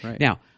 now